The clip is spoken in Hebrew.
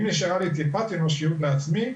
אם נשארה לי טיפת אנושיות לעצמי,